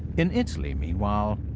in italy, meanwhile,